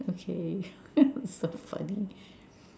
okay so funny